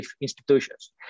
institutions